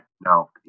No